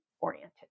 oriented